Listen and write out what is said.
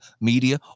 media